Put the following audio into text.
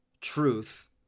Truth